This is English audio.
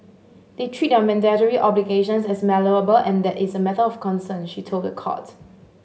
they treat their mandatory obligations as malleable and that is a matter of concern she told the court